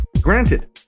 Granted